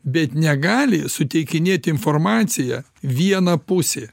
bet negali suteikinėt informaciją viena pusė